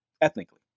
ethnically